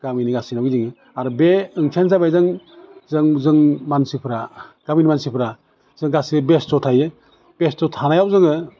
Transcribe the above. गामिनि गासैनावबो जोङो आरो बे ओंथियानो जाबाय जों जों जों मानसिफ्रा गामिनि मानसिफ्रा जों गासै बेस्थ' थायो बेस्थ' थानायाव जोङो